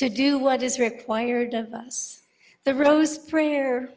to do what is required of us the rose prayer